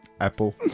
apple